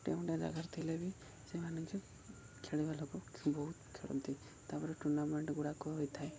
ଛୋଟିଆ ମୋଟିଆ ଜାଗାରେ ଥିଲେ ବି ସେମାନେ ଯେ ଖେଳିବା ଲୋକ ବହୁତ ଖେଳନ୍ତି ତା'ପରେ ଟୁର୍ଣ୍ଣାମେଣ୍ଟ ଗୁଡ଼ାକ ହୋଇଥାଏ